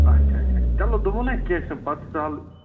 آچھا آچھا چلو دوٚپمو نَہ کیٚنٛہہ چھُنہٕ پَتہٕ چھُ سہل